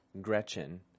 Gretchen